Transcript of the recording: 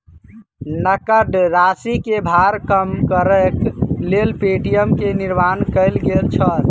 नकद राशि के भार कम करैक लेल पे.टी.एम के निर्माण कयल गेल छल